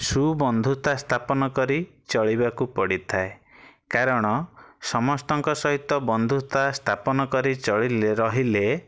ସୁବନ୍ଧୁତା ସ୍ଥାପନକରି ଚଳିବାକୁ ପଡ଼ିଥାଏ କାରଣ ସମସ୍ତଙ୍କ ସହିତ ବନ୍ଧୁତା ସ୍ଥାପନ କରି ଚଳିଲେ ରହିଲେ